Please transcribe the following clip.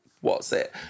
what's-it